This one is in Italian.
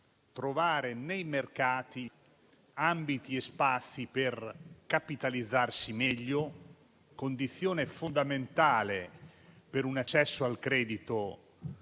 trovare nei mercati ambiti e spazi per capitalizzarsi meglio, condizione fondamentale per un accesso al credito composto,